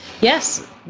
yes